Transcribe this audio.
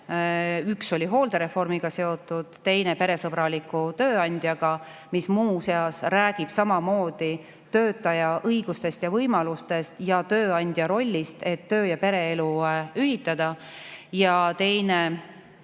Üks oli hooldereformiga seotud, teine peresõbraliku tööandjaga. Viimane muuseas räägib samamoodi töötaja õigustest ja võimalustest ja tööandja rollist töö ja pereelu ühitamisel. Teine